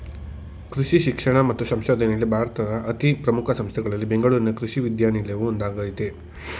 ಕೃಷಿ ಶಿಕ್ಷಣ ಮತ್ತು ಸಂಶೋಧನೆಯಲ್ಲಿ ಭಾರತದ ಅತೀ ಪ್ರಮುಖ ಸಂಸ್ಥೆಗಳಲ್ಲಿ ಬೆಂಗಳೂರಿನ ಕೃಷಿ ವಿಶ್ವವಿದ್ಯಾನಿಲಯವು ಒಂದಾಗಯ್ತೆ